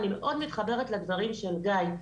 אני מאוד מתחברת לדברים של גיא,